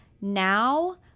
now